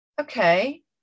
okay